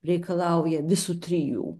reikalauja visų trijų